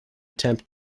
attempt